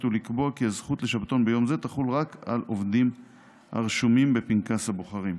ולקבוע כי הזכות לשבתון ביום זה תחול רק על עובדים הרשומים בפנקס הבוחרים.